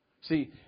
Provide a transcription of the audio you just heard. See